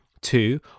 Two